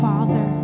Father